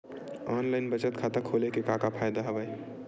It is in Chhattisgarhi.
ऑनलाइन बचत खाता खोले के का का फ़ायदा हवय